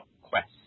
quest